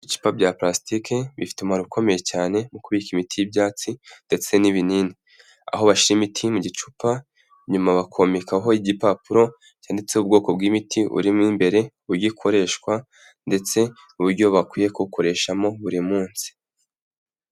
Ibicupa bya parasitike bifite umumaro ukomeye cyane mu kubika imiti y'ibyatsi ndetse n'ibinini. Aho bashyira imiti mu gicupa, nyuma bakomekaho igipapuro cyanditseho ubwoko bw'imiti urimo imbere, uburyo ikoreshwa ndetse n'uburyo bakwiye kuwukoreshamo buri munsi.